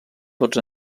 tots